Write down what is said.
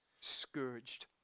scourged